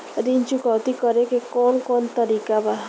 ऋण चुकौती करेके कौन कोन तरीका बा?